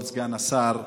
כבוד סגן השר,